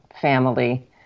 family